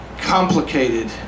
complicated